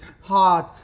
hard